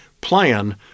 plan